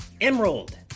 Emerald